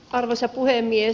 arvoisa puhemies